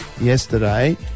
yesterday